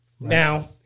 now